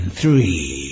three